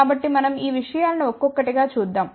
కాబట్టి మనం ఈ విషయాలను ఒక్కొక్కటిగా చూద్దాం